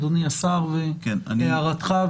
אדוני השר, הערתך.